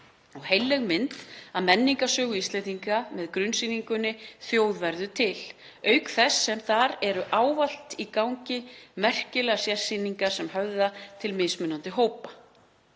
og heilleg mynd af menningarsögu Íslendinga með grunnsýningunni Þjóð verður til, auk þess sem þar eru ávallt í gangi merkilega sérsýningar sem höfða til mismunandi hópa.